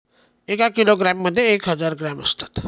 एका किलोग्रॅम मध्ये एक हजार ग्रॅम असतात